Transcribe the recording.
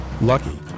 lucky